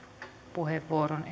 puheenvuoron